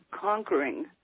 conquering